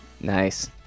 Nice